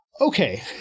Okay